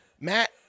Matt